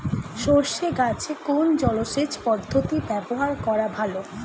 সরষে গাছে কোন জলসেচ পদ্ধতি ব্যবহার করা ভালো?